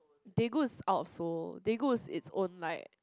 Daegu is out so Daegu is own like